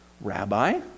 Rabbi